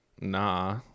nah